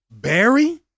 Barry